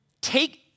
take